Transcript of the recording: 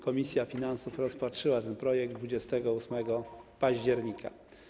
Komisja finansów rozpatrzyła ten projekt 28 października.